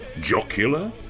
Jocular